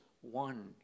one